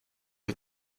del